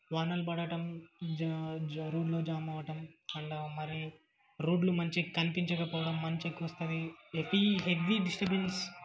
వానలు పడటం జా జా రోడ్లు జామ్ అవ్వటం అండ్ మరి రోడ్లు రోడ్లు మంచిగా కనిపించకపోవడం మంచు ఎక్కువగా వస్తుంది హెవీ హెవీ డిస్టబెన్స్